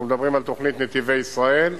אנחנו מדברים על תוכנית "נתיבי ישראל",